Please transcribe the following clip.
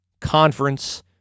conference